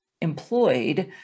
employed